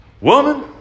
woman